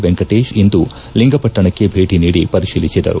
ವೆಂಕಟೇಶ್ ಇಂದು ಲಿಂಗಪಟ್ಟಣಕ್ಕೆ ಭೇಟಿ ನೀಡಿ ಪರಿಶೀಲಿಸಿದರು